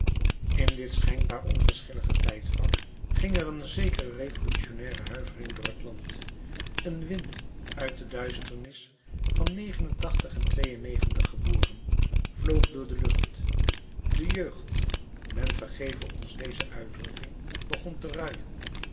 in dit schijnbaar onverschillig tijdvak ging er een zekere revolutionaire huivering door t land een wind uit de duisternis van en geboren vloog door de lucht de jeugd men vergeve ons deze uitdrukking begon te ruien